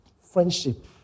Friendship